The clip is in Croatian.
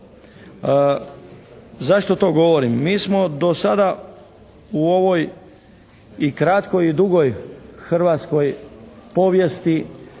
Zašto to govorim? Mi smo do sada u ovoj i kratkoj i dugoj hrvatskoj povijesti